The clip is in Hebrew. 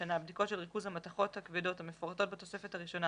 בשנה בדיקות של ריכוז המתכות הכבדות המפורטות בתוספת הראשונה